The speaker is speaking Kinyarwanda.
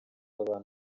abantu